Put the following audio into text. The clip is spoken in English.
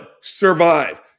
survive